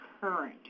current